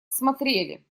смотрели